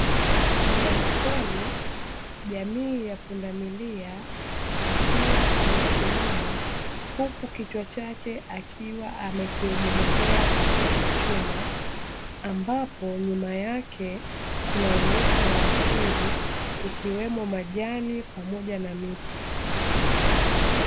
Mnyamapori jamii ya pundamilia akiwa amesimama huku kichwa chake akiwa amekiegemezea katika chuma, ambapo nyuma yake kuna uoto wa asili ikiwemo majani pamoja na miti.